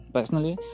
Personally